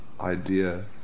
idea